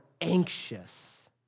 anxious